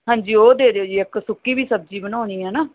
ਹਾਂਜੀ ਉਹ ਦੇ ਦਿਓ ਜੀ ਇੱਕ ਸੁੱਕੀ ਵੀ ਸਬਜ਼ੀ ਬਣਾਉਣੀ ਹੈ ਨਾ